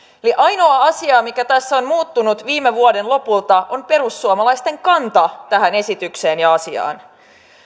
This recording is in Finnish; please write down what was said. eli ainoa asia mikä tässä on muuttunut viime vuoden lopulta on perussuomalaisten kanta tähän esitykseen ja asiaan